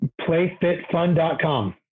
Playfitfun.com